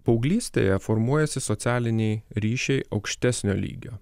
paauglystėje formuojasi socialiniai ryšiai aukštesnio lygio